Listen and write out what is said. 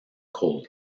coal